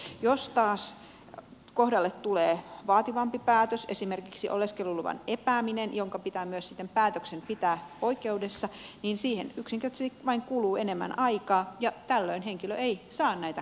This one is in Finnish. jos taas kohdalle tulee vaativampi päätös esimerkiksi oleskeluluvan epääminen ja päätöksen pitää myös sitten pitää oikeudessa niin siihen yksinkertaisesti vain kuluu enemmän aikaa ja tällöin henkilö ei saa näitä kaivattuja pisteitä